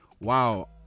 wow